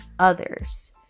Others